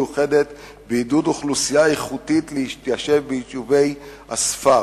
מיוחדת בעידוד אוכלוסייה איכותית להתיישב ביישובי הספר,